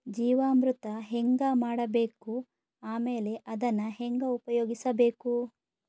ಜೀವಾಮೃತ ಹೆಂಗ ಮಾಡಬೇಕು ಆಮೇಲೆ ಅದನ್ನ ಹೆಂಗ ಉಪಯೋಗಿಸಬೇಕು?